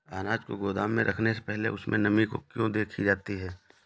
अनाज को गोदाम में रखने से पहले उसमें नमी को क्यो देखी जाती है?